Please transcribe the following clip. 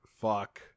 Fuck